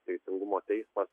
teisingumo teismas